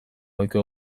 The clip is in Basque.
ohiko